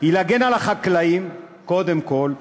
היא להגן על החקלאים קודם כול,